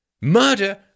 murder